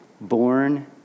Born